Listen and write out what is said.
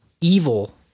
evil